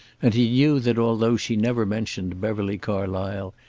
and he knew that although she never mentioned beverly carlysle,